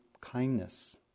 kindness